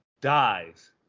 dies